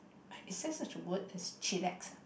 as there such a word as chillax